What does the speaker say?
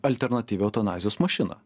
alternatyvią eutanazijos mašiną